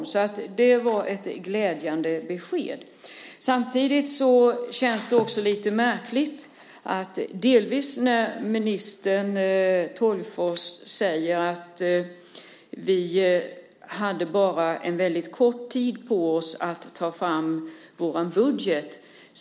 Det var ett glädjande besked. Det känns då lite märkligt när minister Tolgfors säger att man bara hade väldigt kort tid på sig att ta fram sin budget.